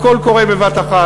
הכול קורה בבת-אחת,